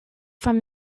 from